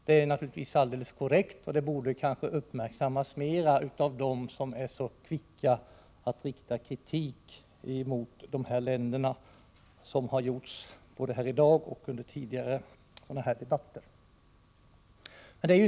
Det är naturligtvis alldeles korrekt och det borde kanske uppmärksammas mera av dem som är så kvicka att rikta kritik mot dessa länder, såsom har gjorts både här i dag och under tidigare sådana debatter.